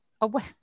away